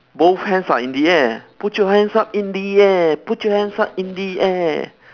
both hands are in the air put your hands in the air put your hands up in the air